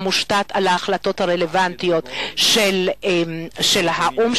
מושתת על ההחלטות הרלוונטיות של האו"ם,